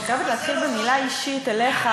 אני חייבת להתחיל במילה אישית אליך,